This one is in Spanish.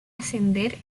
ascender